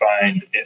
find